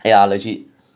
yeah legit